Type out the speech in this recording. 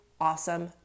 awesome